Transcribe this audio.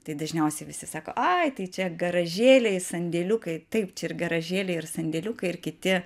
tai dažniausiai visi sako ai tai čia garažėliai sandėliukai taip čia ir garažėliai ir sandėliukai ir kiti